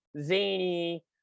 zany